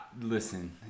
listen